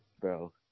bro